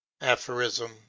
Aphorism